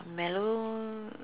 mellow